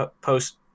Post